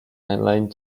mainland